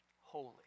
Holy